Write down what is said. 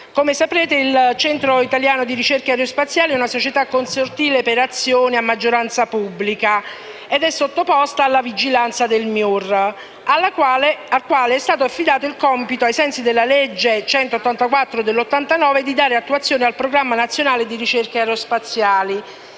Come sapete, il Consorzio italiano di ricerche aerospaziali è una società consortile per azioni a maggioranza pubblica ed è sottoposto alla vigilanza del MIUR, al quale è stato affidato il compito, ai sensi della legge n. 184 del 1989, di dare attuazione al Programma nazionale di ricerca aerospaziale.